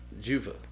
Juva